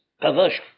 perversion